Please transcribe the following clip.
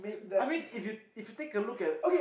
I mean if you if you take a look at